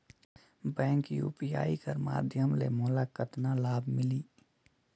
Bank UPI कर माध्यम ले मोला कतना लाभ मिली?